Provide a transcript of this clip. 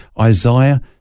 Isaiah